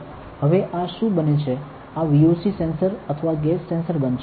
હવે આ શું બને છે આ VOC સેન્સર અથવા ગેસ સેન્સર બનશે